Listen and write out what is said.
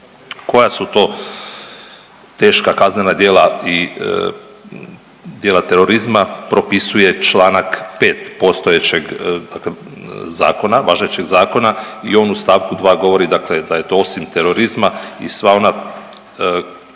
Koja su to teška kaznena djela i djela terorizma, propisuje čl. 5 postojećeg, dakle zakona, važećeg zakona i on u st. 2 govori dakle da je osim terorizma i sva ona